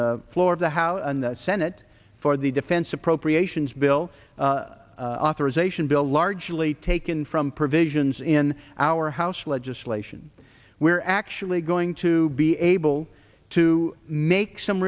the floor of the house and senate for the defense appropriations bill authorization bill largely taken from provisions in our house legislation we're actually going to be able to make some